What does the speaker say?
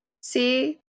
See